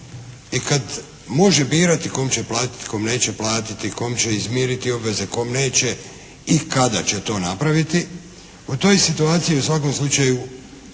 i kad može birati kom će platiti, kome neće platiti, kome će izmiriti obveze, kome neće i kada će to napraviti u toj situaciji u svakom slučaju